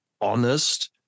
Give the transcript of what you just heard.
honest